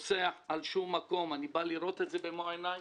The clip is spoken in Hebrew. פוסח על שום מקום, אני בא לראות את זה במו עיניי